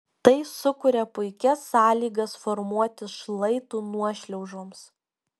tai sukuria puikias sąlygas formuotis šlaitų nuošliaužoms